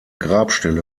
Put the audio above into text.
grabstelle